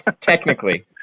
Technically